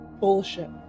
Bullshit